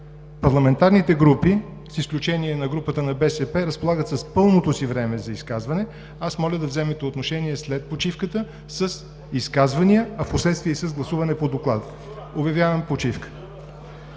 парламентарните групи, с изключение на групата на БСП, разполагат с пълното си време за изказване, аз моля да вземете отношение след почивката с изказвания, а впоследствие и с гласуване по доклада. Обявявам 30